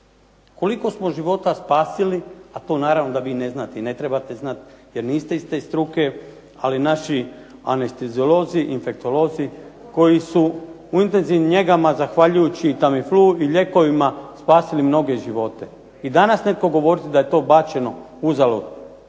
Koliko smo života spasili, a to naravno da vi ne znate i ne trebate znati jer niste iz te struke, ali naši anesteziolozi, infektolozi koji su u intenzivnim njegama zahvaljujući TAMIFLU i lijekovima spasili mnoge živote. I danas netko govoriti da je to bačeno uzalud?